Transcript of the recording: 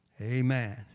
Amen